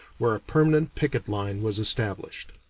where a permanent picket line was established.